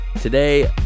today